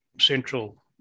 central